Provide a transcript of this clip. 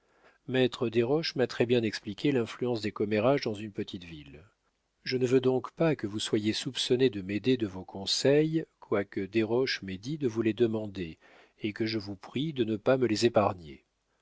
maître desroches m'a très-bien expliqué l'influence des commérages dans une petite ville je ne veux donc pas que vous soyez soupçonné de m'aider de vos conseils quoique desroches m'ait dit de vous les demander et que je vous prie de ne pas me les épargner